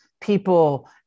people